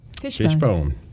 Fishbone